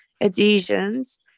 adhesions